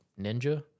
ninja